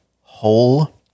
whole